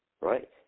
Right